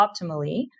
optimally